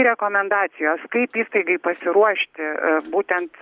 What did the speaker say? rekomendacijos kaip įstaigai pasiruošti būtent